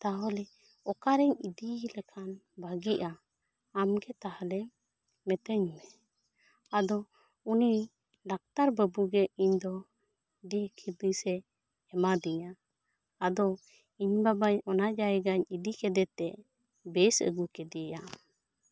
ᱛᱟ ᱦᱟᱦᱚᱞᱮᱞᱮ ᱚᱠᱟᱨᱮᱧ ᱤᱫᱤᱭᱮ ᱞᱮᱠᱷᱟᱱ ᱵᱷᱟᱜᱮᱜᱼᱟ ᱟᱢᱜᱮ ᱛᱟᱦᱚᱞᱮ ᱢᱮᱛᱤᱧ ᱢᱮ ᱟᱫᱚ ᱟᱫᱚ ᱰᱟᱠᱴᱟᱨ ᱵᱟ ᱵᱩ ᱜᱮ ᱤᱧ ᱫᱚ ᱫᱤᱥ ᱦᱩᱫᱤᱥ ᱮ ᱮᱢᱟ ᱫᱤᱧᱟ ᱟᱫᱚ ᱤᱧ ᱵᱟᱵᱟ ᱚᱱᱟ ᱡᱟᱭᱜᱟ ᱤᱧ ᱤᱫᱤ ᱠᱮᱫᱮ ᱛᱮ ᱵᱮᱥ ᱟᱹᱜᱩ ᱠᱮᱫᱮᱭᱟ